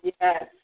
Yes